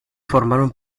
formaron